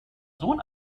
sohn